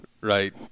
Right